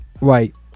right